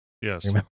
Yes